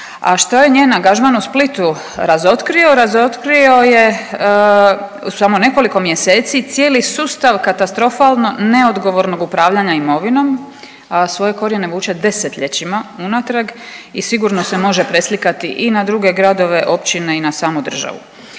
A što je njen angažman u Splitu razotkrio, razotkrio je u samo nekoliko mjeseci cijeli sustav katastrofalno neodgovornog upravljanja imovinom, a svoje korijene vuče desetljećima unatrag i sigurno se može preslikati i na druge gradove, općine i na samu državu.